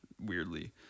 weirdly